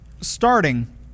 Starting